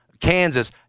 Kansas